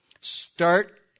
start